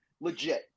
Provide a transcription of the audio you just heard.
legit